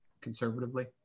conservatively